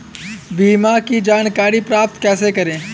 बीमा की जानकारी प्राप्त कैसे करें?